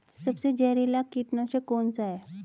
सबसे जहरीला कीटनाशक कौन सा है?